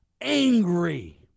angry